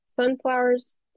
Sunflowers